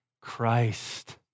Christ